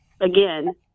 again